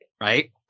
right